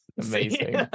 amazing